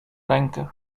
rękę